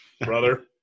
brother